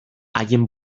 haien